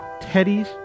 Teddy's